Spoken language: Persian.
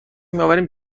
میآوریم